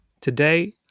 today